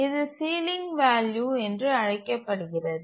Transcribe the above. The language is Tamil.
இது சீலிங் வேல்யூ என்று அழைக்கப்படுகிறது